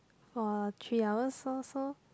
for three hours so so